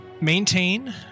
maintain